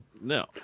No